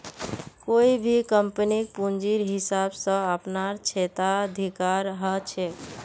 कोई भी कम्पनीक पूंजीर हिसाब स अपनार क्षेत्राधिकार ह छेक